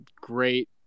Great